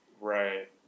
Right